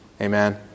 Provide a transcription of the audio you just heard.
Amen